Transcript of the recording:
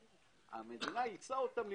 המדינה אילצה אותם למכור.